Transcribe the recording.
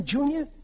Junior